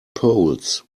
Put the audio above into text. poles